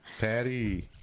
Patty